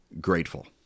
grateful